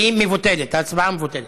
היא מבוטלת, ההצבעה מבוטלת,